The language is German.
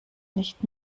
nicht